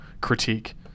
critique